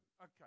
Okay